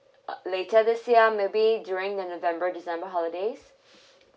uh later this year maybe during the november december holidays